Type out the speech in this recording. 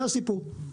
זה הסיפור.